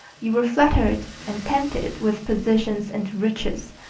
you were flattered, and tempted with position and riches,